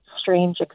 strange